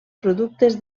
productes